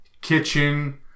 kitchen